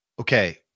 Okay